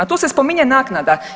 Tu se spominje naknada.